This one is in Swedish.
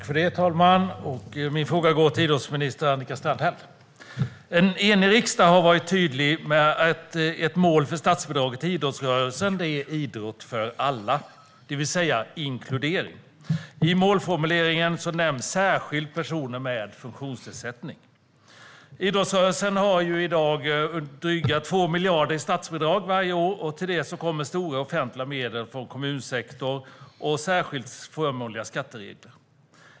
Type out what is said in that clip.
Herr talman! Min fråga går till idrottsminister Annika Strandhäll. En enig riksdag har varit tydlig med ett mål för statsbidraget till idrottsrörelsen, nämligen idrott för alla, det vill säga inkludering. I målformuleringen nämns särskilt personer med funktionsnedsättning. Idrottsrörelsen har i dag drygt 2 miljarder i statsbidrag varje år. Till detta kommer stora offentliga medel från kommunsektorn och särskilt förmånliga skatteregler.